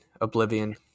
Oblivion